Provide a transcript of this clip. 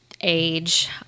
age